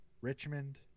Richmond